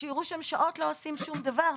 שיראו שהם שעות לא עושים שום דבר.